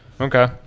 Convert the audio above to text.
Okay